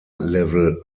level